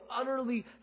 utterly